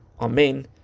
Amen